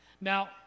Now